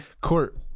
Court